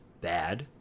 bad